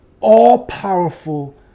all-powerful